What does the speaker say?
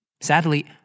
Sadly